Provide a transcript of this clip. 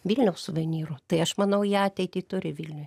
vilniaus suvenyru tai aš manau į ateitį turi vilniuj